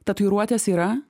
tatuiruotės yra